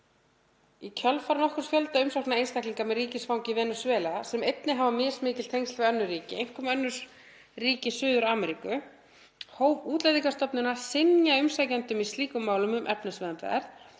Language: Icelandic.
Í kjölfar nokkurs fjölda umsókna einstaklinga með ríkisfang í Venesúela sem einnig hafa mismikil tengsl við önnur ríki, einkum önnur ríki Suður-Ameríku, hóf Útlendingastofnun að synja umsækjendum í slíkum málum um efnismeðferð